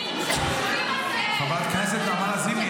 חבורה של גזענים --- חברת הכנסת נעמה לזימי,